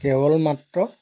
কেৱল মাত্ৰ